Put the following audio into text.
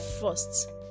first